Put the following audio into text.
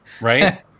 Right